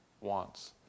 wants